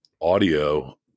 audio